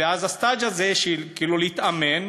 ואז הסטאז' הזה, שהוא כאילו להתאמן,